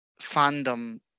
fandom